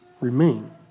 remain